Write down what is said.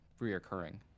reoccurring